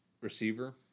receiver